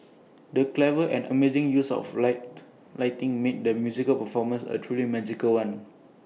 the clever and amazing use of lighting made the musical performance A truly magical one